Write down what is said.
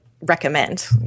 recommend